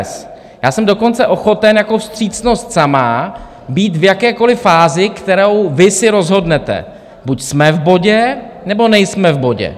Já jsem dokonce ochoten jako vstřícnost sama být v jakékoliv fázi, kterou vy si rozhodnete buď jsme v bodě, nebo nejsme v bodě.